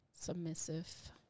submissive